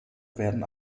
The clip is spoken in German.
werden